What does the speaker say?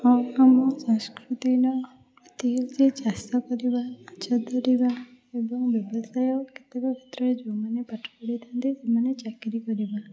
ହଁ ଆମ ସାଂସ୍କୃତିକ ବୃତ୍ତି ହେଉଛି ଚାଷ କରିବା ମାଛ ଧରିବା ଏବଂ ବ୍ୟବସାୟ କେତେକ କ୍ଷେତ୍ରରେ ଯେଉଁମାନେ ପାଠ ପଢ଼ିଥାନ୍ତି ସେମାନେ ଚାକିରୀ କରିବା